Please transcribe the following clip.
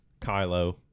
Kylo